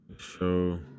Show